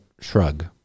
shrug